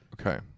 Okay